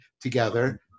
together